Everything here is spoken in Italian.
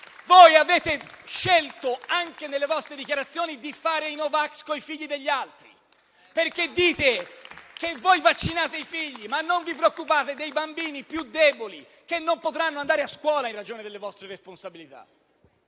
Voi avete scelto anche nelle vostre dichiarazioni di fare i *no vax* con i figli degli altri, perché dite che voi vaccinate i figli, ma non vi preoccupate dei bambini più deboli, che non potranno andare a scuola in ragione delle vostre responsabilità.